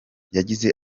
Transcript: yagize